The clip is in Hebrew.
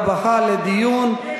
הרווחה והבריאות נתקבלה.